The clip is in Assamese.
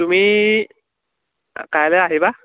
তুমি কাইলৈ আহিবা